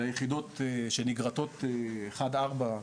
של היחידות שיש לנו שנגרטות אחת ארבע,